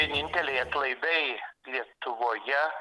vieninteliai atlaidai lietuvoje